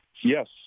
Yes